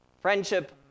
friendship